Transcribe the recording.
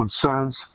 concerns